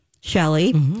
Shelly